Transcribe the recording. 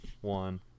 one